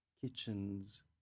kitchens